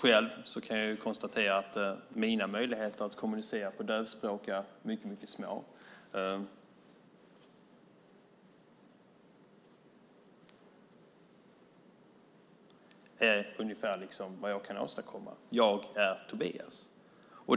Jag kan själv konstatera att mina möjligheter att kommunicera på teckenspråk är mycket små. Det som jag kan åstadkomma på teckenspråk är: Jag är Tobias.